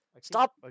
Stop